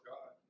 God